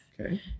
okay